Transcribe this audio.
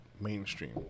mainstream